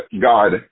God